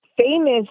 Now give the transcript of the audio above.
famous